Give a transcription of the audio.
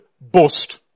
boast